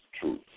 truth